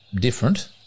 different